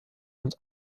und